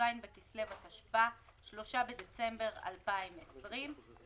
"י"ז בכסלו התשפ"א (3 בדצמבר 2020)",